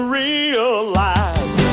realize